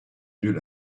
mieux